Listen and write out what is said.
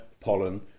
pollen